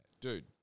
Dude